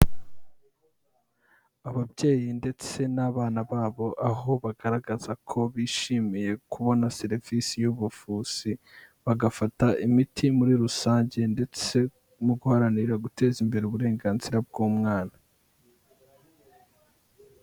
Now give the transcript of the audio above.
Ababyeyi ndetse n'abana babo aho bagaragaza ko bishimiye kubona serivisi y'ubuvuzi bagafata imiti muri rusange ndetse no guharanira guteza imbere uburenganzira bw'umwana.